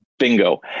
Bingo